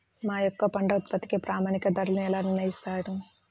మా యొక్క పంట ఉత్పత్తికి ప్రామాణిక ధరలను ఎలా నిర్ణయిస్తారు?